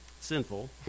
sinful